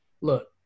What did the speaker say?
Look